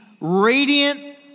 radiant